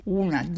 una